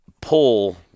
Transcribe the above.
pull